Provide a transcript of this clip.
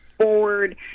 forward